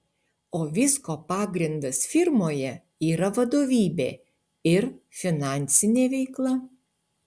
o visko pagrindas firmoje yra vadovybė ir finansinė veikla